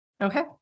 Okay